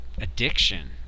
addiction